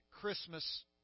Christmas